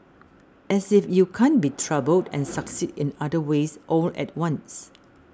as if you can't be troubled and succeed in other ways all at once